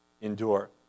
Endure